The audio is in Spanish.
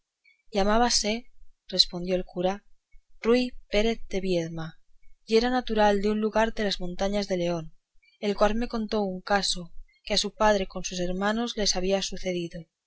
oidor llamábase respondió el cura ruy pérez de viedma y era natural de un lugar de las montañas de león el cual me contó un caso que a su padre con sus hermanos le había sucedido